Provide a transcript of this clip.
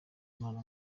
imana